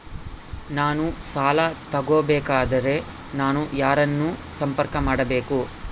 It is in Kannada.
ನಾನು ಸಾಲ ತಗೋಬೇಕಾದರೆ ನಾನು ಯಾರನ್ನು ಸಂಪರ್ಕ ಮಾಡಬೇಕು?